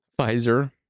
Pfizer